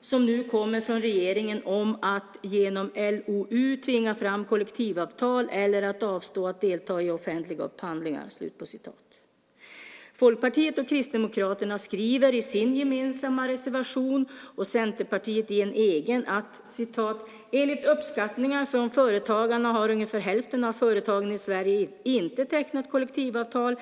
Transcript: som nu kommer från regeringen om att genom LOU tvinga fram kollektivavtal eller att avstå att delta i offentliga upphandlingar". Folkpartiet och Kristdemokraterna skriver i sin gemensamma reservation och Centerpartiet i en egen att "enligt uppskattningar från Företagarna har ungefär hälften av företagen i Sverige inte tecknat kollektivavtal.